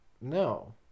No